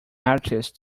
artist